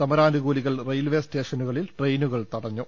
സമരാനുകൂലികൾ റെയിൽവേസ്റ്റേഷനുകളിൽ ട്രെയിനുകൾ തടഞ്ഞു